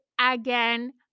again